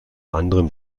anderem